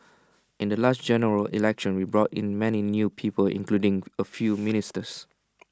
in the last General Election we brought in many new people including A few ministers